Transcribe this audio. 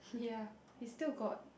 ya we still got